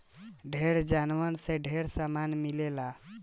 ढेर जानवर से ढेरे सामान मिलेला जइसे ऊन, दूध मांस